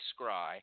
scry